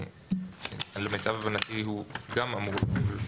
אבל למיטב הבנתי הוא גם אמור.